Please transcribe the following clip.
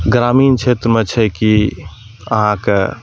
ग्रामीण क्षेत्रमे छै की अहाँके